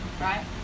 right